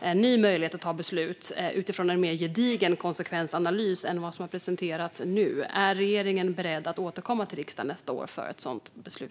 en ny möjlighet att ta beslut utifrån en mer gedigen konsekvensanalys än vad som har presenterats nu. Är regeringen beredd att återkomma till riksdagen nästa år för ett sådant beslut?